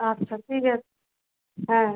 আচ্ছা ঠিক আছে হ্যাঁ